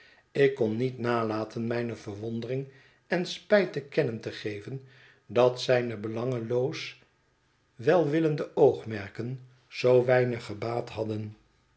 ik kon niet nalaten mijne verwondering en spijt te kennen te geven dat zijne belangeloos welwillende oogmerken zoo weinig gebaat hadden